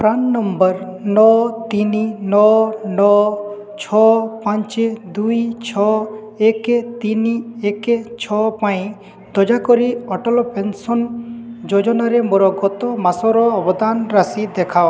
PRAN number ନଅ ତିନି ନଅ ନଅ ଛଅ ପାଞ୍ଚ ଦୁଇ ଛଅ ଏକ ତିନି ଏକ ଛଅ ପାଇଁ ଅଟଲ ପେନ୍ସନ୍ ଯୋଜନାରେ ମୋର ଗତ ମାସର ଅବଦାନ ରାଶି ଦେଖାଅ